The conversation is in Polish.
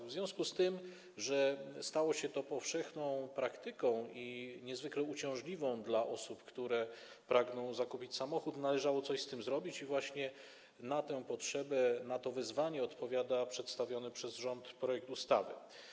W związku z tym, że stało się to praktyką powszechną i niezwykle uciążliwą dla osób, które pragną zakupić samochód, należało coś z tym zrobić i właśnie na tę potrzebę, na to wyzwanie odpowiada przedstawiony przez rząd projekt ustawy.